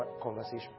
conversation